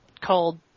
called